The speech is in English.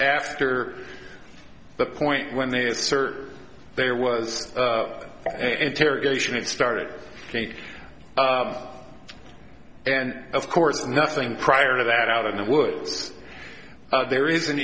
after the point when they assert there was an interrogation it started take and of course nothing prior to that out of the woods there is an